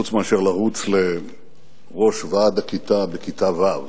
חוץ מאשר לרוץ לראשות ועד הכיתה בכיתה ו',